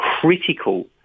critical